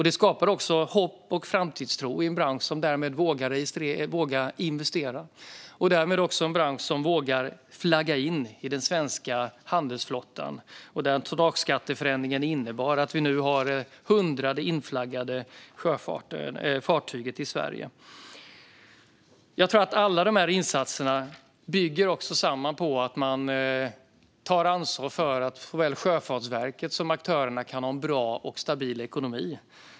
Det skapar också hopp och framtidstro i en bransch som därmed vågar investera och också vågar flagga in i den svenska handelsflottan där tonnageskatteförändringen har inneburit att vi nu har det 100:e inflaggade fartyget i Sverige. Jag tror att alla de här insatserna bygger på att man tar ansvar för att såväl Sjöfartsverket som aktörerna kan ha en bra och stabil ekonomi.